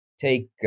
take